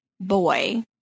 boy